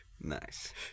Nice